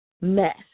mess